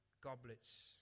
goblets